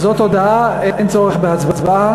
זאת הודעה, אין צורך בהצבעה.